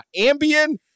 Ambien